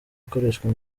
ikoreshwa